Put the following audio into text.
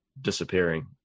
disappearing